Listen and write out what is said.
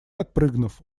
отпрыгнув